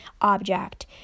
object